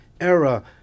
era